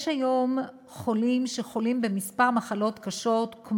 פטורים היום חולים שחולים בכמה מחלות קשות,